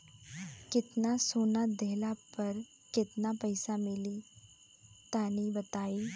केतना सोना देहला पर केतना पईसा मिली तनि बताई?